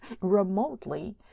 remotely